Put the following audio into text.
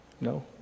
No